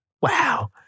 Wow